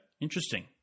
Interesting